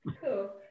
cool